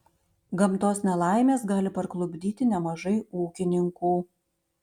gamtos nelaimės gali parklupdyti nemažai ūkininkų